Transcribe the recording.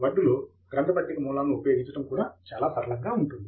వర్డ్లో గ్రంథ పట్టిక మూలాలను ఉపయోగించడం కూడా చాలా సరళంగా ఉంటుంది